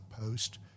post